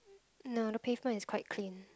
no the pavement is quite clean